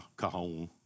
Cajon